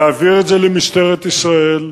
להעביר את זה למשטרת ישראל,